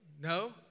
No